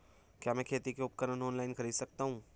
क्या मैं खेती के उपकरण ऑनलाइन खरीद सकता हूँ?